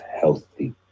healthy